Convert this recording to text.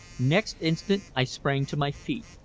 next instant i sprang to my feet.